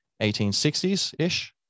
1860s-ish